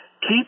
Keep